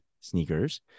sneakers